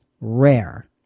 rare